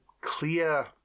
clear